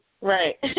Right